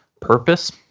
purpose